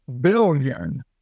billion